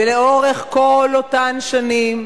ולאורך כל אותן שנים